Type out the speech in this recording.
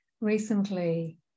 recently